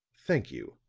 thank you,